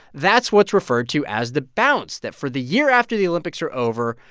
that's what's referred to as the bounce that for the year after the olympics are over,